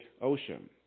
Ocean